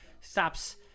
stops